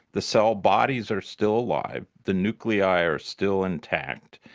the cell bodies are still alive, the nuclei are still intact,